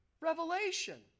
revelation